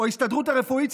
או ההסתדרות הרפואית,